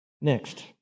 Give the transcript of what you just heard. Next